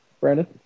Brandon